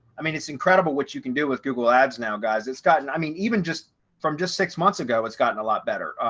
i mean, it's incredible what you can do with google ads now guys, it's gotten i mean, even just from just six months ago, it's gotten a lot better,